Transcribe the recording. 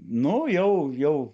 nu jau jau